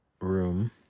room